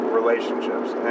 relationships